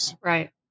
right